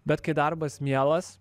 bet kai darbas mielas